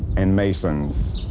and masons.